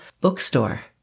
bookstore